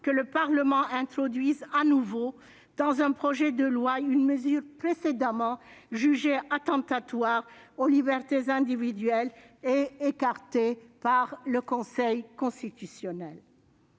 que le Parlement introduise de nouveau dans un projet de loi une disposition précédemment jugée attentatoire aux libertés individuelles et écartée par le Conseil constitutionnel.